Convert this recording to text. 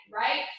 right